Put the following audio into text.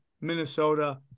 Minnesota